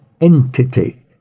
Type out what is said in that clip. entity